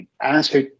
answer